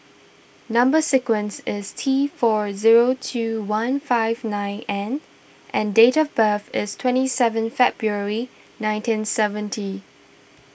Number Sequence is T four eight zero two one five nine N and date of birth is twenty seven February nineteen thirty seven